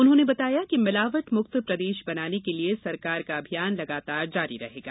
उन्होंने बताया कि मिलावट मुक्त प्रदेश बनाने के लिए सरकार का अभियान लगातार जारी रहेगा